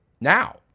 now